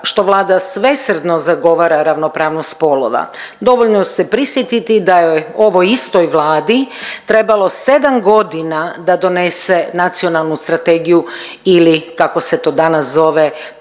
što Vlada svesrdno zagovara ravnopravnost spolova. Dovoljno se prisjetiti da je ovoj istoj Vladi trebalo 7 godina da donese nacionalnu strategiju ili kako se to danas zove